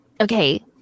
Okay